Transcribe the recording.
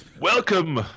Welcome